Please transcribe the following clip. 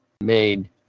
made